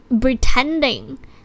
pretending